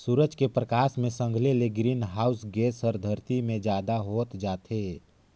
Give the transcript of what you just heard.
सूरज के परकास मे संघले ले ग्रीन हाऊस गेस हर धरती मे जादा होत जाथे